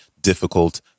Difficult